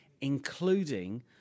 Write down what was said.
including